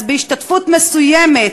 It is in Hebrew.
אז בהשתתפות מסוימת,